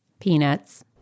Peanuts